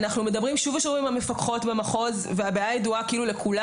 אנחנו מדברים שוב ושוב עם המפקחות במחוז והבעיה ידועה לכולם